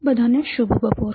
બધાને શુભ બપોર